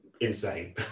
insane